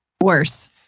worse